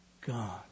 God